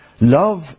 love